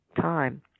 time